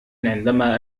عندما